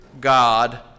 God